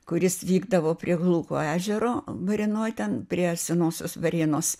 kuris vykdavo prie glūko ežero varėnoj ten prie senosios varėnos